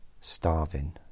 starving